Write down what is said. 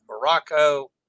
Morocco